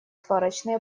сварочный